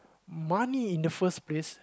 money in the first place